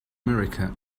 america